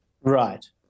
Right